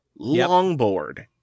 Longboard